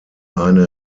eine